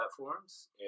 platforms